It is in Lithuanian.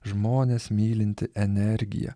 žmones mylinti energija